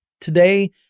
Today